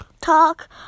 Talk